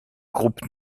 groupe